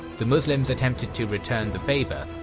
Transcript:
the muslims attempted to return the favour,